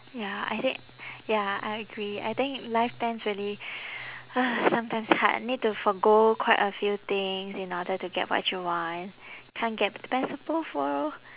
ya I thi~ ya I agree I think life plans really sometimes ha need to forgo quite a few things in order to get what you want can't get the best of both worlds